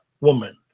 woman